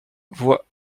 voi